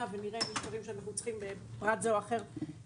ונראה אם צריך לתקן פרט כזה או אחר.